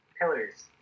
pillars